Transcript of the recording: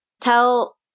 tell